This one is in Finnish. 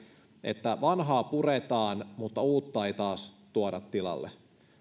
että vanhaa puretaan mutta uutta ei tuoda tilalle